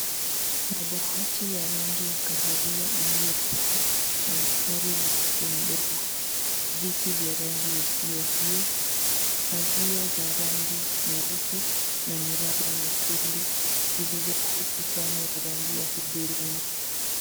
Madawati yaliyo ya kawawia iliyokoa na mstari mweupe mdogo, viti vya rangi ya hio hio, pazia ya rangi nyeupe na miraba nyekundu zilizo ukutani ya rangi ya hudhurungi.